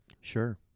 Sure